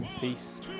Peace